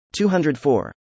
204